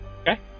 Okay